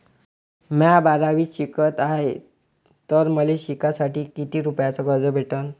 म्या बारावीत शिकत हाय तर मले शिकासाठी किती रुपयान कर्ज भेटन?